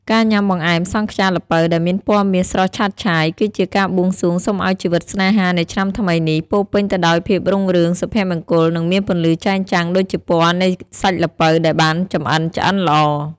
ការញ៉ាំបង្អែមសង់ខ្យាល្ពៅដែលមានពណ៌មាសស្រស់ឆើតឆាយ គឺជាការបួងសួងសុំឱ្យជីវិតស្នេហានៃឆ្នាំថ្មីនេះ ពោរពេញទៅដោយភាពរុងរឿង សុភមង្គល និងមានពន្លឺចែងចាំងដូចជាពណ៌នៃសាច់ល្ពៅដែលបានចម្អិនឆ្អិនល្អ។